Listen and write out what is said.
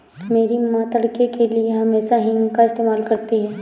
मेरी मां तड़के के लिए हमेशा हींग का इस्तेमाल करती हैं